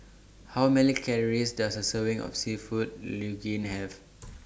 How Many Calories Does A Serving of Seafood Linguine Have